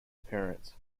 parents